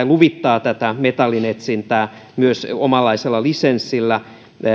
luvittaa metallinetsintää myös omanlaisella lisenssillä